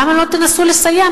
למה לא תנסו לסייע?